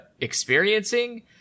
experiencing